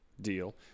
deal